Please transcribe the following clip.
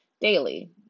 daily